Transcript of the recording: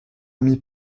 ami